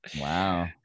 Wow